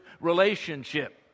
relationship